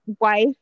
wife